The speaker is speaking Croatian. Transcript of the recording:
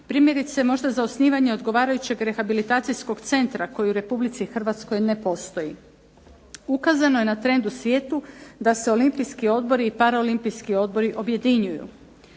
primjerice možda za osnivanje odgovarajućeg rehabilitacijskog centra koji u Republici Hrvatskoj ne postoji. Ukazano je na trend u svijetu da se olimpijski odbori i paraolimpijski odbori objedinjuju.